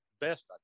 best